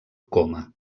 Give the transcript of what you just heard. coma